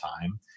time